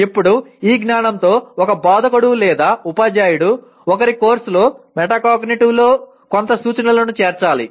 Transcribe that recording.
ఇప్పుడు ఈ జ్ఞానంతో ఒక బోధకుడు లేదా ఉపాధ్యాయుడు ఒకరి కోర్సులో మెటాకాగ్నిటివ్లో కొంత సూచనలను చేర్చాలి